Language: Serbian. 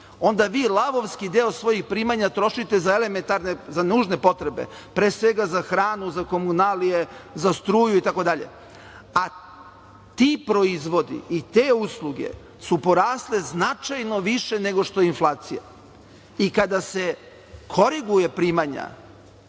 onda lavovski deo svojih primanja trošite za nužne potrebe, pre svega za hranu, za komunalije, za struju itd. Ti proizvodi i te usluge su porasle značajno više nego što je inflacija i kada se koriguju primanja